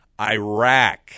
Iraq